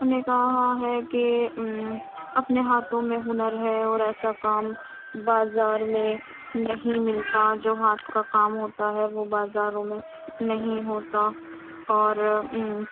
انہیں کہا ہے کہ اپنے ہاتھوں میں ہنر ہے اور ایسا کام بازار میں نہیں ملتا جو ہاتھ کا کام ہوتا ہے وہ بازاروں میں نہیں ہوتا اور